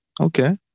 Okay